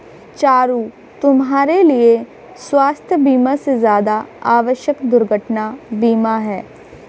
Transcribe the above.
चारु, तुम्हारे लिए स्वास्थ बीमा से ज्यादा आवश्यक दुर्घटना बीमा है